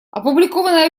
опубликованное